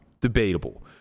debatable